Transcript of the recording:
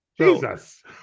Jesus